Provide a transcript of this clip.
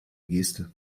geste